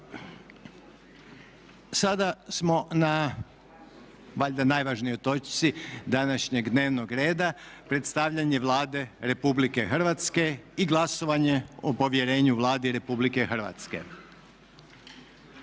Sada smo na valjda najvažnijoj točci današnjeg dnevnog reda: 4. Predstavljanje Vlade Republike Hrvatske i glasovanje o povjerenju Vladi Republike Hrvatske.